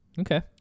Okay